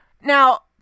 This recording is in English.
Now